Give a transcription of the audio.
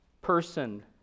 person